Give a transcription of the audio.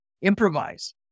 Improvise